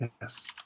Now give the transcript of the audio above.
yes